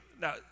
Now